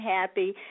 happy